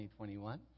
2021